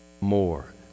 more